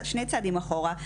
שני צעדים אחורה,